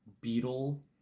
Beetle